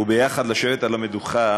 וביחד לשבת על המדוכה